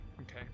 Okay